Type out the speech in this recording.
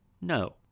No